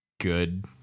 good